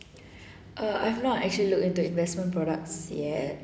uh I have not actually look into investment products yet